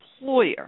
employer